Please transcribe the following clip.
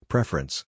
Preference